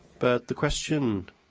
but the question